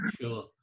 sure